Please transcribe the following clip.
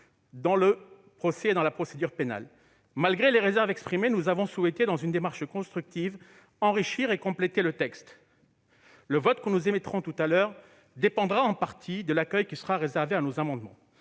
place centrale dans la procédure pénale. Malgré les réserves exprimées, nous avons souhaité, dans une démarche constructive, enrichir et compléter le texte. Notre vote dépendra en partie de l'accueil qui sera réservé à nos amendements.